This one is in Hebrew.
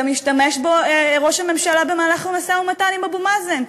גם השתמש בו ראש הממשלה במהלך המשא-ומתן עם אבו מאזן.